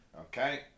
Okay